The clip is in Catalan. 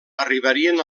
arribarien